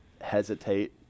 hesitate